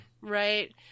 right